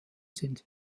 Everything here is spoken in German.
sind